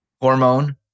hormone